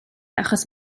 achos